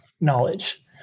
knowledge